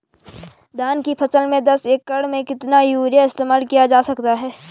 धान की फसल में दस एकड़ में कितना यूरिया इस्तेमाल किया जा सकता है?